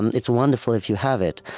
it's wonderful if you have it.